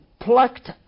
plucked